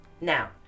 Now